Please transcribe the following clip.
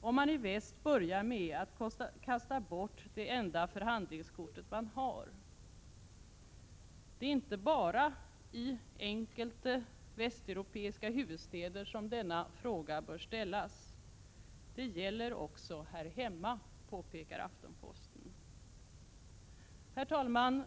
om man i väst börjar med att kasta bort det enda förhandlingskort man har? Det är inte bara i ”enkelte västeuropeiska huvudstäder” som denna fråga bör ställas. Det gäller också här hemma, påpekar Aftenposten. Herr talman!